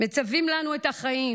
מצווים לנו את החיים.